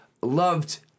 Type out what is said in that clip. loved